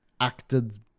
Acted